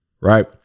Right